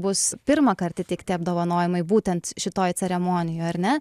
bus pirmąkart įteikti apdovanojimai būtent šitoj ceremonijoj ar ne